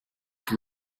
qui